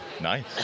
Nice